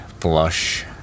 flush